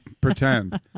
pretend